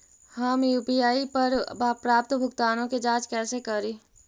हम यु.पी.आई पर प्राप्त भुगतानों के जांच कैसे करी?